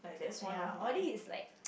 ya Audi is like